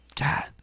God